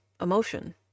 emotion